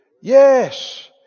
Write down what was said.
Yes